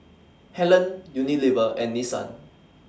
Helen Unilever and Nissan